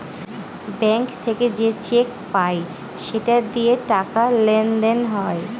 bank থেকে যে cheque বই পায় সেটা দিয়ে টাকা লেনদেন হয়